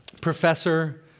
professor